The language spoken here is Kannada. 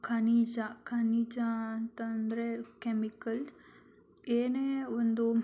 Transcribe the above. ಖನಿಜ ಖನಿಜ ಅಂತಂದರೆ ಕೆಮಿಕಲ್ ಏನೇ ಒಂದು